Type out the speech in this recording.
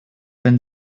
wenn